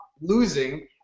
losing